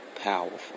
powerful